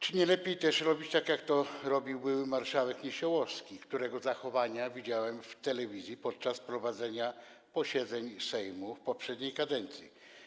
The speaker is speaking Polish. Czy nie lepiej też robić to tak, jak robił były marszałek Niesiołowski, którego zachowania widziałem w telewizji, podczas prowadzenia posiedzeń Sejmu w poprzedniej kadencji?